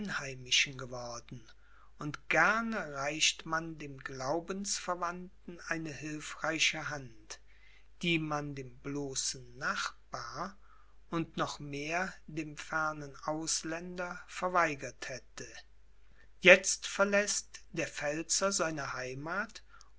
geworden und gerne reicht man dem glaubensverwandten eine hilfreiche hand die man dem bloßen nachbar und noch mehr dem fernen ausländer verweigert hätte jetzt verläßt der pfälzer seine heimath